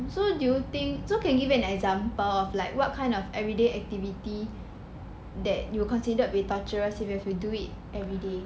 so do you think so can give an example of like what kind of everyday activity that you will consider to be torturous if you have to do it everyday